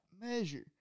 measure